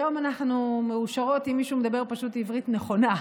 היום אנחנו מאושרות אם מישהו מדבר פשוט עברית נכונה,